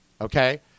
okay